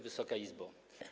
Wysoka Izbo!